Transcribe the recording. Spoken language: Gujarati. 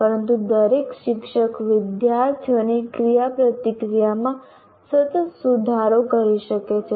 પરંતુ દરેક શિક્ષક વિદ્યાર્થીઓની ક્રિયાપ્રતિક્રિયામાં સતત સુધારો કરી શકે છે